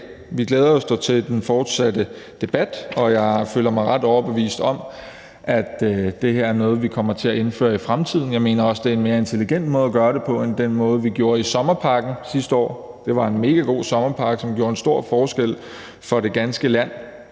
Vi glæder os dog til den fortsatte debat, og jeg føler mig ret overbevist om, at det her er noget, vi kommer til at indføre i fremtiden. Jeg mener også, det er en mere intelligent måde at gøre det på end den måde, vi gjorde det på i sommerpakken sidste år. Det var en mega god sommerpakke, som gjorde en stor forskel for det ganske land,